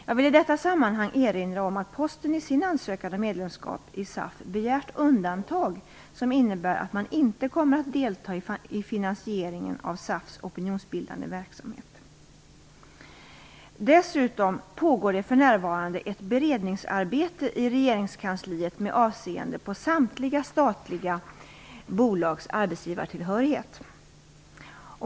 Jag vill i detta sammanhang erinra om att Posten i sin ansökan om medlemskap i SAF begärt undantag som innebär att man inte kommer att delta i finansieringen av SAF:s opinionsbildande verksamhet. För närvarande pågår ett beredningsarbete i regeringskansliet med avseende på samtliga statliga bolags arbetsgivartillhörighet.